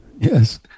yes